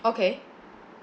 okay